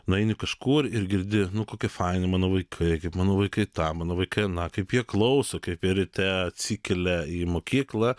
nueini kažkur ir girdi nu kokie faini mano vaikai kaip mano vaikai tą mano vaikai aną kaip jie klauso kaip ir ryte atsikelia į mokyklą